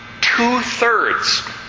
Two-thirds